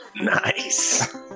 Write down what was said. Nice